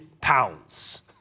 pounds